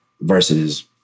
versus